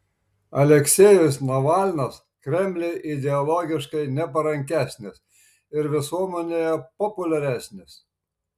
aleksejus navalnas kremliui ideologiškai neparankesnis ir visuomenėje populiaresnis